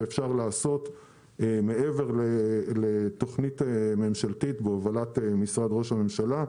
שאפשר לעשות מעבר לתוכנית ממשלתית בהובלת משרד ראש הממשלה.